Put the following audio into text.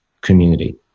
community